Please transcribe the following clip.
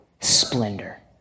splendor